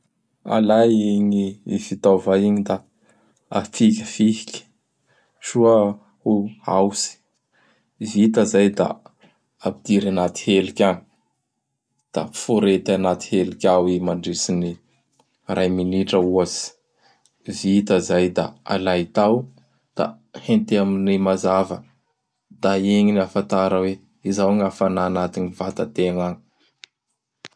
Alay igny i fitaova igny da afihifihiky soa ho aotsy. Vita izay da apidiry agnaty heliky agny. Da forety anaty heliky ao i mandritsy ny iray minitra ohatsy. Vita zay da alay tao da henta amin'gny mazava. Da igny ny afatara hoe izao gny hafana amin'ny vatategna agny.